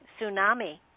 tsunami